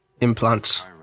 Implants